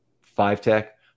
five-tech